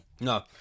No